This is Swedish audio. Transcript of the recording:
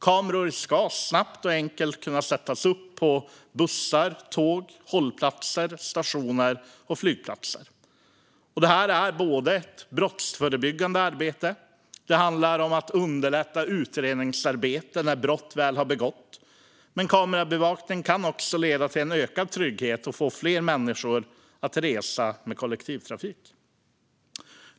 Kameror ska snabbt och enkelt kunna sättas upp på bussar, tåg, hållplatser, stationer och flygplatser. Detta är ett brottsförebyggande arbete. Det handlar om att underlätta utredningsarbete när brott väl har begåtts. Men kamerabevakning kan också leda till en ökad trygghet och få fler människor att resa med kollektivtrafik.